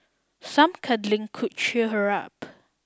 some cuddling could cheer her up